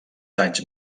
danys